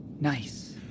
Nice